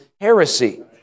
heresy